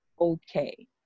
Okay